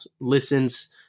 listens